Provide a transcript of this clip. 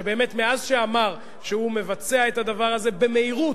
שבאמת מאז שאמר שהוא מבצע את הדבר הזה במהירות,